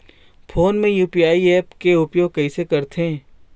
Phone मे UPI app के उपयोग कइसे करथे?